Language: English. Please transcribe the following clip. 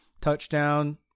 touchdown